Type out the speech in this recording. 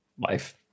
life